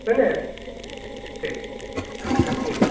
समझे ठीक ठीक